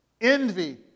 envy